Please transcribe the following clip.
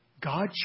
God